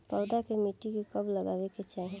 पौधा के मिट्टी में कब लगावे के चाहि?